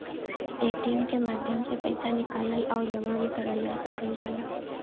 ATM के माध्यम से पइसा निकाल आउर जमा भी करल जा सकला